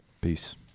peace